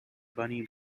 bunny